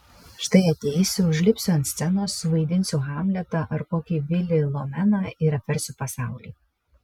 štai ateisiu užlipsiu ant scenos suvaidinsiu hamletą ar kokį vilį lomeną ir apversiu pasaulį